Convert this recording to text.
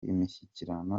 imishyikirano